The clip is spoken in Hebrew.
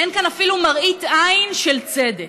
אין כאן אפילו מראית עין של צדק.